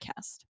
podcast